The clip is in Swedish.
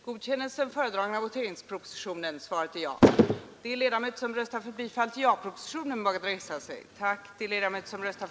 Fru talman! Ett hela landet omfattande system av allmänna kommunikationer måste innebära en långt driven samordning av kollektiva trafikmedel av olika funktion och karaktär.